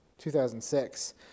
2006